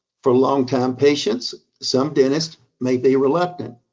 for longtime patients some dentists may be reluctant.